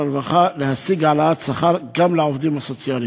הרווחה להשיג העלאת שכר גם לעובדים הסוציאליים.